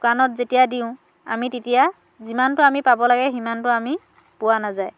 দোকানত যেতিয়া দিওঁ আমি তেতিয়া যিমানটো আমি পাব লাগে সিমানটো আমি পোৱা নাযায়